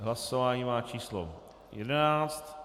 Hlasování má číslo 11.